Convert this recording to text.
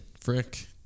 Frick